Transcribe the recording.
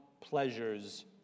pleasures